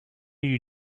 you